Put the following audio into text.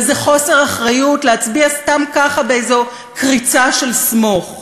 וזה חוסר אחריות להצביע סתם ככה באיזו קריצה של "סמוך".